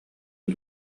үһү